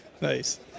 Nice